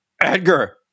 Edgar